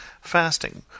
fasting